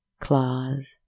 claws